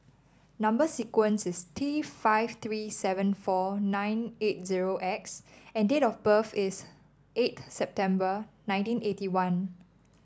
number sequence is T five three seven four nine eight zero X and date of birth is eight September nineteen eighty one